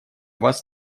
вас